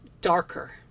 darker